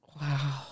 Wow